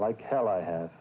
like hell i have